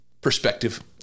perspective